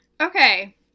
okay